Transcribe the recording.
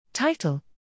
Title